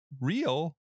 real